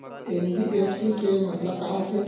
NBFC के मतलब का होथे?